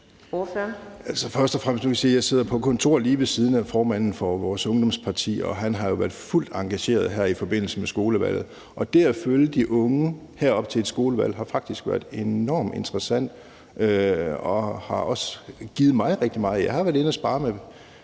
sige, at jeg sidder på kontor lige ved siden af formanden for vores ungdomsparti, og han har jo været fuldt engageret her i forbindelse med skolevalget. Det at følge de unge her op til et skolevalg har faktisk været enormt interessant og har også givet mig rigtig meget. Jeg har været inde og sparre med